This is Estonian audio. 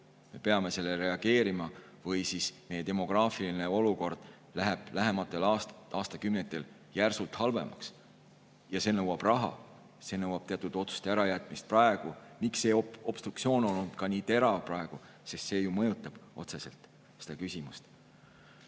Me peame sellele reageerima või siis meie demograafiline olukord läheb lähematel aastakümnetel järsult halvemaks. See nõuab raha, see nõuab praegu teatud otsuste ärajätmist. See obstruktsioon on olnud nii terav praegu, sest see ju mõjutab otseselt seda küsimust.